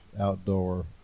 outdoor